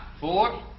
four